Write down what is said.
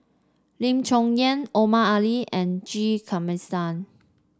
Lim Chong Yah Omar Ali and G Kandasamy